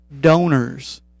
donors